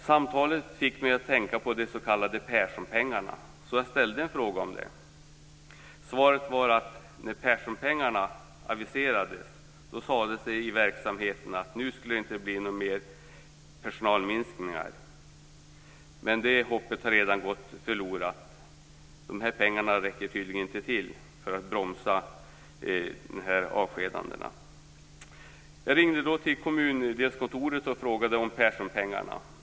Samtalet fick mig att tänka på de s.k. Perssonpengarna, och jag ställde därför en fråga om det. Svaret var att det när Perssonpengarna aviserades sades att det inte skulle bli några fler personalminskningar. Det hoppet har dock redan gått förlorat. De här pengarna räcker tydligen inte till för att bromsa avskedandena. Jag ringde då till kommundelskontoret och frågade om Perssonpengarna.